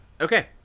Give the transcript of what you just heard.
Okay